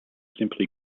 simply